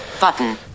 Button